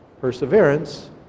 perseverance